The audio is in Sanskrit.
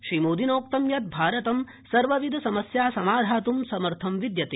श्रीमोदिनोक्तं यत् भारतं सर्वविधसमस्या समाधात् समर्थं विद्यते